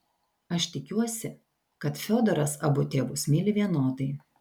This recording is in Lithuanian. aš tikiuosi kad fiodoras abu tėvus myli vienodai